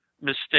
mistake